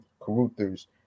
Caruthers